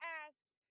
asks